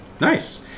Nice